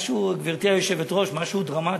גברתי היושבת-ראש, משהו דרמטי: